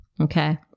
Okay